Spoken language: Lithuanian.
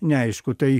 neaišku tai